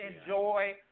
enjoy